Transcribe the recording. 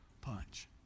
punch